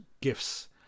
gifts